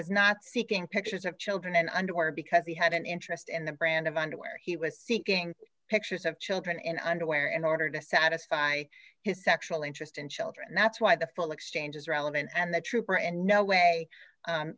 was not seeking pictures of children in underwear because he had an interest in the brand of underwear he was seeking pictures of children in underwear in order to satisfy his sexual interest in children that's why the full exchange is relevant and the trooper and no way